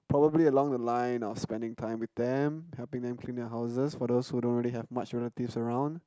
probably along the line or spending time with them helping them clean their houses for those who don't really have much relatives around